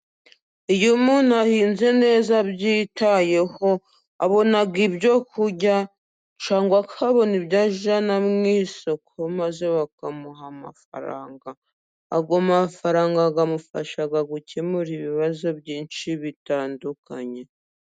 Iyo umuntu ahinze neza abyitayeho abona ibyo kurya cyangwa akabona ibyo ajyana mu isoko, maze bakamuha amafaranga ayo mafaranga amufasha gukemura ibibazo byinshi bitandukanye.